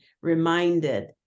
reminded